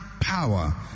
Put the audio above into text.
power